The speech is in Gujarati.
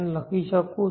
લખી શકું છું